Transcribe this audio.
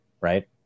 right